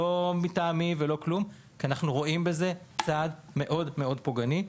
ולא בפני מי מטעמי כי אנחנו רואים בזה צעד מאוד מאוד פוגעני.